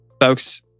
Folks